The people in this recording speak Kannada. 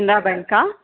ಕೆನ್ರಾ ಬ್ಯಾಂಕಾ